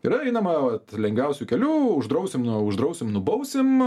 yra einama vat lengviausiu keliu uždrausim na uždrausim nubausim